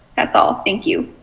that is all. thank you?